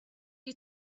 you